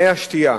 מי השתייה,